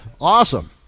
awesome